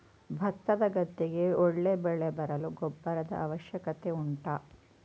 ಭತ್ತದ ಗದ್ದೆಗೆ ಒಳ್ಳೆ ಬೆಳೆ ಬರಲು ಗೊಬ್ಬರದ ಅವಶ್ಯಕತೆ ಉಂಟಾ